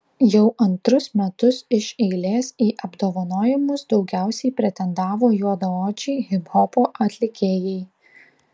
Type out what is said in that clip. jau antrus metus iš eilės į apdovanojimus daugiausiai pretendavo juodaodžiai hiphopo atlikėjai